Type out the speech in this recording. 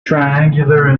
triangular